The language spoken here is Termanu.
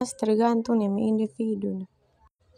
Tergantung neme individu.